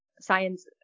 science